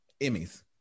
Emmys